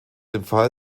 empfahl